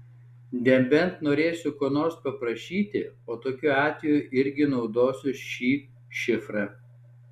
nebent norėsiu ko nors paprašyti o tokiu atveju irgi naudosiu šį šifrą